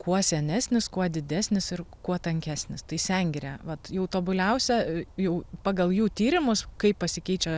kuo senesnis kuo didesnis ir kuo tankesnis tai sengirė vat jau tobuliausia jau pagal jų tyrimus kaip pasikeičia